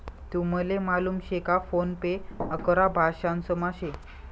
तुमले मालूम शे का फोन पे अकरा भाषांसमा शे